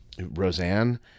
Roseanne